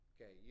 Okay